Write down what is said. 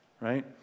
right